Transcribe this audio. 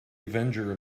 avenger